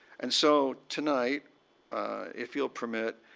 and so tonight if you'll permit,